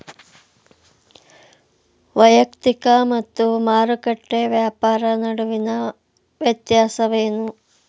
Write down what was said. ವೈಯಕ್ತಿಕ ಮತ್ತು ಮಾರುಕಟ್ಟೆ ವ್ಯಾಪಾರ ನಡುವಿನ ವ್ಯತ್ಯಾಸವೇನು?